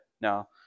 Now